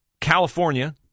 California